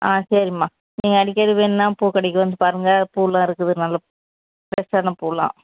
ஆ சரிம்மா நீங்கள் அடிக்கடி வேணுன்னால் பூ கடைக்கு வந்து பாருங்க பூவெலாம் இருக்குது நல்ல ஃப்ரஸ்ஸான பூவெலாம்